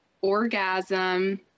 orgasm